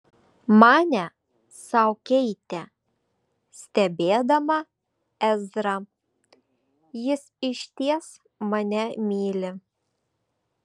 manė sau keitė stebėdama ezrą jis išties mane myli